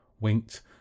winked